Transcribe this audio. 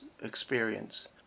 experience